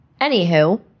Anywho